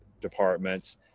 departments